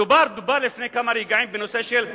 דובר לפני כמה רגעים בנושא של יהדות,